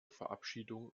verabschiedung